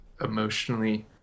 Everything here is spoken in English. emotionally